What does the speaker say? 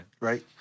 right